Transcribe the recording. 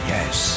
Yes